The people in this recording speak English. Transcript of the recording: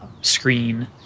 screen